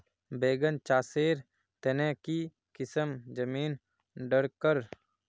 बैगन चासेर तने की किसम जमीन डरकर?